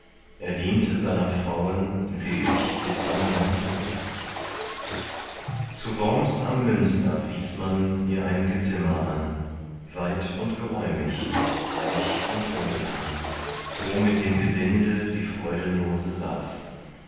er diente seiner frauen willig bis an seinen tod zu worms am münster wies man ihr ein gezimmer an weit und geräumig reich und wohlgetan wo mit dem gesinde die freudenlose saß